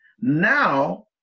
Now